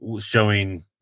showing